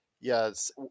yes